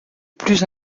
plus